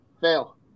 fail